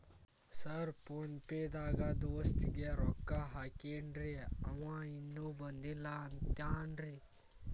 Sir PhonePe ದಾಗ ದೋಸ್ತ್ ಗೆ ರೊಕ್ಕಾ ಹಾಕೇನ್ರಿ ಅಂವ ಇನ್ನು ಬಂದಿಲ್ಲಾ ಅಂತಾನ್ರೇ?